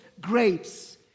grapes